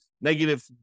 negative